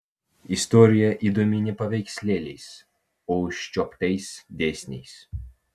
istorija įdomi ne paveikslėliais o užčiuoptais dėsniais